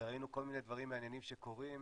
וראינו כל מיני דברים מעניינים שקורים.